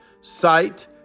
sight